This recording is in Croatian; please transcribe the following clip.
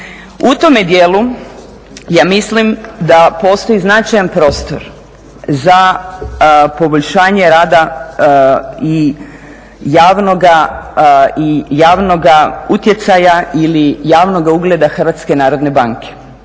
U tome dijelu ja mislim da postoji značajan prostor za poboljšanje rada i javnoga utjecaja ili javnoga ugleda HNB-a.